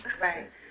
Right